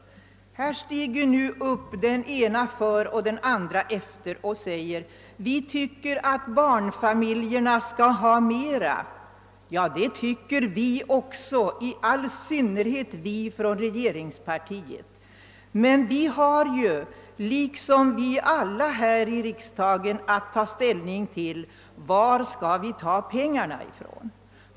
Här stiger nu den ene talaren efter den andre upp och säger: »Vi tycker att barnfamiljerna skall ha mera.» Ja, det tycker också vi andra, i all synnerhet vi inom regeringspartiet. Men vi har ju liksom alla andra här i riksdagen att ta ställning till varifrån pengarna skall hämtas.